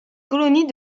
colonie